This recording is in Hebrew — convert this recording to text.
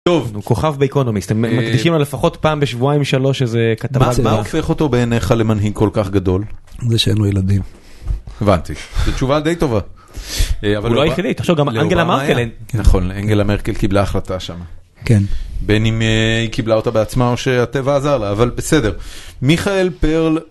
טוב, כוכב באקונומיסט, הם מקדישים לו לפחות פעם בשבועיים שלוש איזה כתבה. - מה הופך אותו בעיניך למנהיג כל כך גדול? - זה שאין לו ילדים. - הבנתי. זו תשובה די טובה. - אבל הוא לא היחידי, תחשוב, גם אנגלה מרקל. - נכון, אנגלה מרקל קיבלה החלטה שם. - כן. - בין אם היא קיבלה אותה בעצמה או שהטבע עזר לה, אבל בסדר. מיכאל פרל